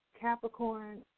Capricorn